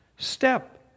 step